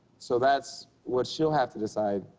so that's what she'll have to decide.